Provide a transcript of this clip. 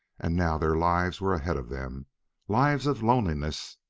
and now their lives were ahead of them lives of loneliness,